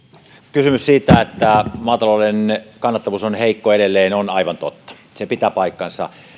kysymys siitä että maatalouden kannattavuus on heikko edelleen on aivan totta se pitää paikkansa